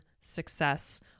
success